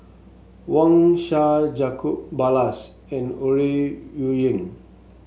Wang Sha Jacob Ballas and Ore Huiying